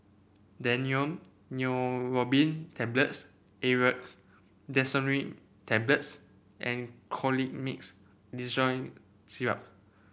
Daneuron Neurobion Tablets Aerius DesloratadineTablets and Colimix Dicyclomine Syrup